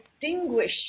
distinguish